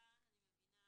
כאן אני מבינה